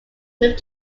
moved